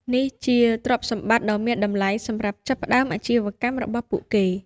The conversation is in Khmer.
នេះជាទ្រព្យសម្បត្តិដ៏មានតម្លៃសម្រាប់ចាប់ផ្តើមអាជីវកម្មរបស់ពួកគេ។